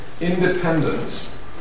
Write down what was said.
Independence